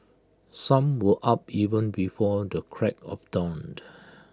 some were up even before the crack of dawned